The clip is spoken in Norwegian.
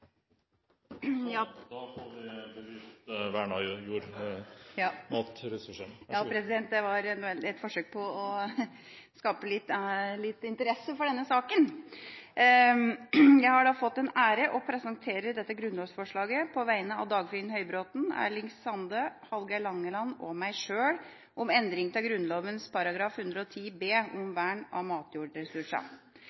Ja, det var et forsøk på å skape litt interesse for denne saken. Jeg har fått den ære å presentere dette grunnlovsforslaget på vegne av stortingsrepresentantene Dagfinn Høybråten, Erling Sande, Hallgeir H. Langeland og meg sjøl om endring av Grunnloven § 110 b om